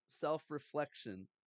self-reflection